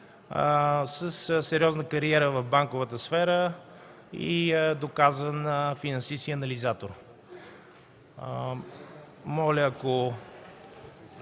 със сериозна кариера в банковата сфера и е доказан финансист и анализатор. Ако